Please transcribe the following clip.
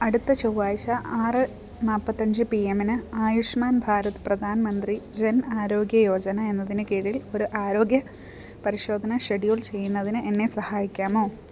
അടുത്ത ചൊവ്വാഴ്ച ആറ് നാല്പ്പത്തിയഞ്ച് പി എമ്മിന് ആയുഷ്മാൻ ഭാരത് പ്രധാൻമന്ത്രി ജെൻ ആരോഗ്യ യോജനയെന്നതിന് കീഴിൽ ഒരു ആരോഗ്യ പരിശോധന ഷെഡ്യൂൾ ചെയ്യുന്നതിന് എന്നെ സഹായിക്കാമോ